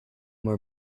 more